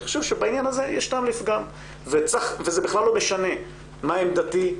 אני חושב שבעניין הזה יש טעם לפגם וזה בכלל לא משנה מה עמדתי,